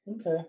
Okay